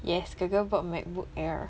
yes girl girl bought MacBook air